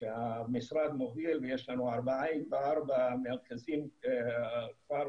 שהמשרד מוביל ויש לנו ארבעה מרכזים ברשויות